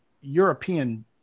European